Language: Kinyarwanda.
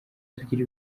tugira